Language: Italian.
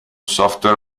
software